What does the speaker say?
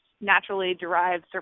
naturally-derived